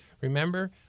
Remember